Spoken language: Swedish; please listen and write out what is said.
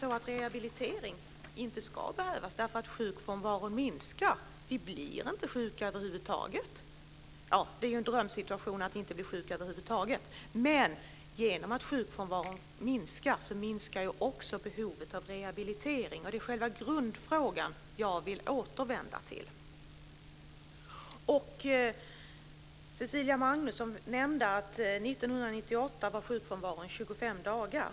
Ja, men rehabilitering ska ju inte behövas, eftersom sjukfrånvaron minskar. Vi blir då över huvud taget inte sjuka. Det är ju en drömsituation att vi inte blir sjuka, men genom att sjukfrånvaron minskar minskar också behovet av rehabilitering. Det är själva grundfrågan, som jag vill återvända till. Cecilia Magnusson nämnde att 1998 var sjukfrånvaron 25 dagar.